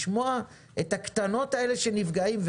לשמוע את הקטנות האלה שנפגעים,